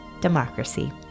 democracy